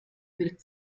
bild